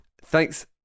thanks